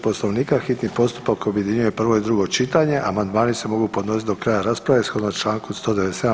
Poslovnika hitni postupak objedinjuje prvo i drugo čitanje, amandmani se mogu podnositi do kraja rasprave shodno članku 197.